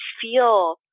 feel